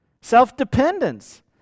self-dependence